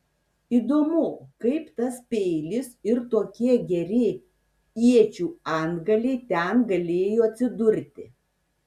įdomu kaip tas peilis ir tokie geri iečių antgaliai ten galėjo atsidurti